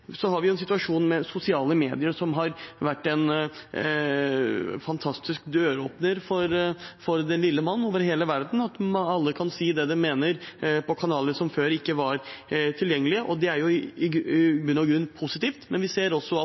Så har vi en situasjon med sosiale medier, som har vært en fantastisk døråpner for den lille mann over hele verden ved at alle kan si det de mener i kanaler som før ikke var tilgjengelige. Det er i bunn og grunn positivt, men vi ser også at